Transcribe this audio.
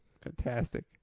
Fantastic